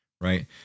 right